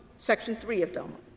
section three of doma.